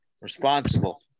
Responsible